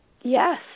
Yes